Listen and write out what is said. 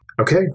Okay